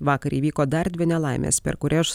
vakar įvyko dar dvi nelaimės per kurias